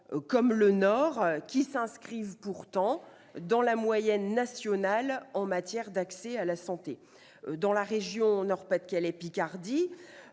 tel le Nord -qui s'inscrivent pourtant dans la moyenne nationale en matière d'accès à la santé. Dans la région Nord-Pas-de-Calais-Picardie,